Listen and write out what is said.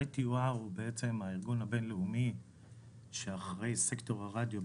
ה- ITUR הוא בעצם הארגון הבין לאומי שאחראי על סקטור הרדיו,